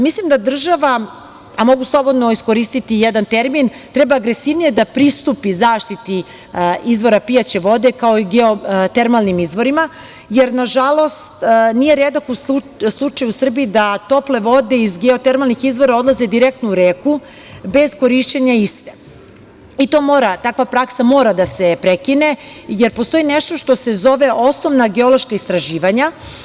Mislim da država, a mogu slobodno iskoristiti jedan termin, treba agresivnije da pristupi zaštiti izvora pijaće vode, kao i geotermalnim izvorima jer nažalost nije redak slučaj u Srbiji da tople vode iz geotermalnih izvora odlaze direktno u reku bez korišćenja iste i takva praksa mora da se prekine, jer postoji nešto što se zove osnovna geološka istraživanja.